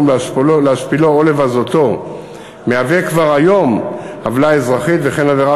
להשפילו או לבזותו מהווה כבר היום עוולה אזרחית וכן עבירה